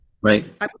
Right